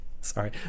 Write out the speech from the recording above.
Sorry